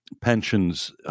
pensions